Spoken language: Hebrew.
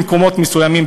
במקומות מסוימים,